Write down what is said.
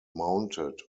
mounted